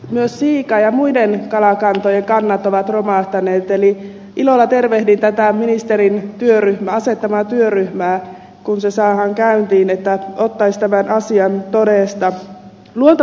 myös siian ja muiden kalakantojen kannat ovat romahtaneet eli ilolla tervehdin tätä ministerin asettamaa työryhmää että ottaisi tämän asian todesta kun se saadaan käyntiin että tuotteista veroasian tuoreesta luota